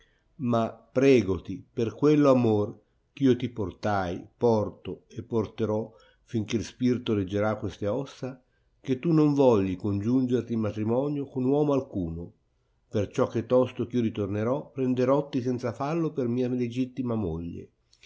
ma pregoti per quello amore eh io ti portai porto e porterò fin che spirito reggerà queste ossa che tu non vogli congiungerti in matrimonio con uomo alcuno perciò che tantosto eh io ritornerò prenderotti senza fallo per mia legittima moglie